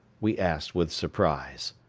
we asked with surprise.